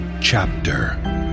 chapter